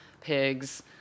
pigs